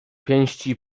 pięści